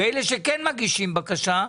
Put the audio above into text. ואלה שכן מגישים בקשה,